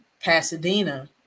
Pasadena